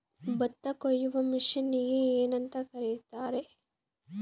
ಭತ್ತ ಕೊಯ್ಯುವ ಮಿಷನ್ನಿಗೆ ಏನಂತ ಕರೆಯುತ್ತಾರೆ?